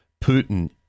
Putin